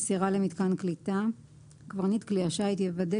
מסירה למיתקן קליטה 5. קברניט כלי השיט יוודא